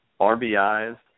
RBIs